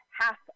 Half